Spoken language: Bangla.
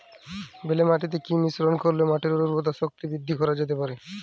বেলে মাটিতে কি মিশ্রণ করিলে মাটির উর্বরতা শক্তি বৃদ্ধি করা যেতে পারে?